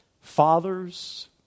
fathers